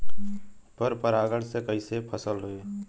पर परागण से कईसे फसल होई?